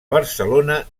barcelona